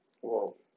Whoa